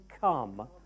come